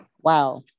Wow